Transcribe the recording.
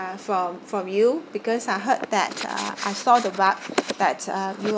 from from you because I heard that uh I saw the web that uh you